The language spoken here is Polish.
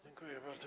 Dziękuję bardzo.